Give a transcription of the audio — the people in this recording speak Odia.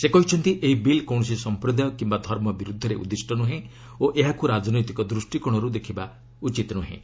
ସେ କହିଛନ୍ତି ଏହି ବିଲ୍ କୌଣସି ସମ୍ପ୍ରଦାୟ କିମ୍ବା ଧର୍ମ ବିର୍ଦ୍ଧରେ ଉଦ୍ଦିଷ୍ଟ ନ୍ରହେଁ ଓ ଏହାକ୍ ରାଜନୈତିକ ଦୃଷ୍ଟିକୋଣରୁ ଦେଖିବା ଉଚିତ୍ ନୁହେଁ